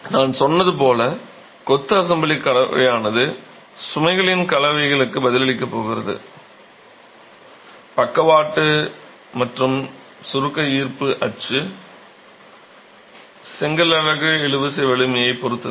நான் சொன்னது போல கொத்து அசெம்பிளி கலவையானது சுமைகளின் கலவைக்கு பதிலளிக்கப் போகிறது பக்கவாட்டு மற்றும் சுருக்க ஈர்ப்பு அச்சு செங்கல் அலகு இழுவிசை வலிமையைப் பொறுத்தது